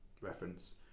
reference